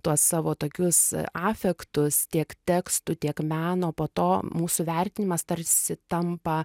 tuos savo tokius afektus tiek tekstų tiek meno po to mūsų vertinimas tarsi tampa